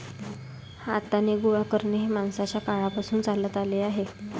हाताने गोळा करणे हे माणसाच्या काळापासून चालत आले आहे